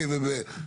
וכו',